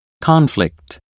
conflict